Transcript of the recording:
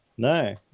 No